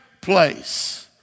place